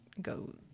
go